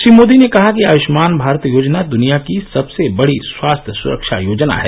श्री मोदी ने कहा कि आयष्मान भारत योजना द्निया की सबसे बड़ी स्वास्थ्य सुरक्षा योजना है